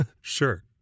Sure